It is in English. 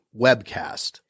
webcast